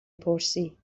پرسی